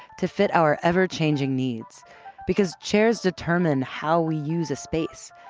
to fit our ever-changing needs because chairs determine how we use a space.